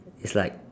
it's like